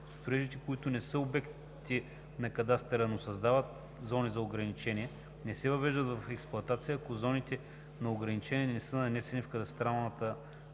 Строежите, които не са обекти на кадастъра, но създават зони на ограничения, не се въвеждат в експлоатация, ако зоните на ограничения не са нанесени в кадастралната